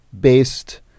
based